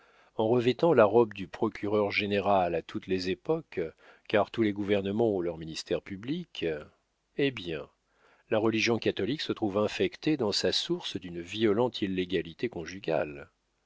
en revêtant la robe du procureur-général à toutes les époques car tous les gouvernements ont leur ministère public eh bien la religion catholique se trouve infectée dans sa source d'une violente illégalité conjugale